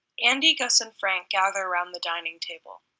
andy, gus, and frank gather around the dining table.